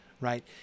right